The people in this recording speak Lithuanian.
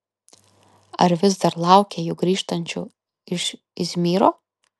ar vis dar laukė jų grįžtančių iš izmyro